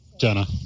Jenna